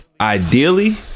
ideally